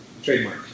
Trademark